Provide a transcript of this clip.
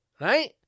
Right